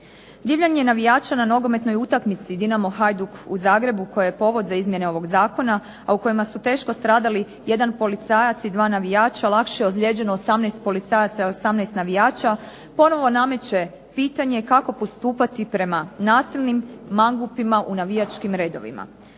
Divljanje navijača na nogometnoj utakmici Dinamo-Hajduk u Zagrebu koja je povod za izmjene ovog zakona, a u kojima su teško stradali jedan policajac i dva navijača lakše je ozlijeđeno 18 policajaca i 18 navijača, ponovo nameće pitanje kako postupati prema nasilnim mangupima u navijačkim redovima.